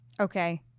Okay